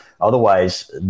otherwise